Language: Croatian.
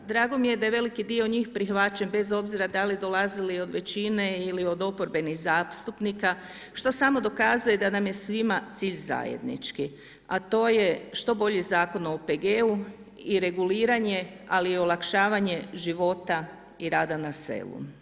Drago mi je da je veliki dio njih prihvaćen, bez obzira da li dolazili od većine ili od oporbenih zastupnika, što samo dokazuje da nam je svima cilj zajednički, a to je što bolje Zakon o OPG-u i reguliranje, ali i olakšavanje života i rada na selu.